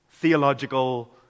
Theological